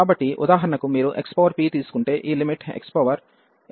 కాబట్టి ఉదాహరణకు మీరు xpతీసుకుంటే ఈ లిమిట్ xn 1pex అవుతుంది